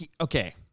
okay